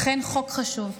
אכן חוק חשוב,